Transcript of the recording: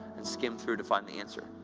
and skim through to find the answer,